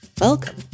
welcome